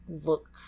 look